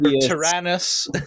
Tyrannus